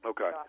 Okay